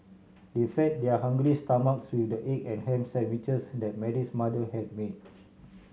they fed their hungry stomachs with the egg and ham sandwiches that Mary's mother had made